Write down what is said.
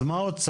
אז מה הוצע?